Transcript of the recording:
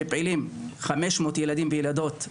שפעילים בו 500 ילדים וילדות.